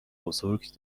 بزرگ